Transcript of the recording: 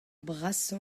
brasañ